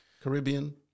caribbean